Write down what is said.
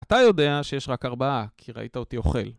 אתה יודע שיש רק ארבעה כי ראית אותי אוכל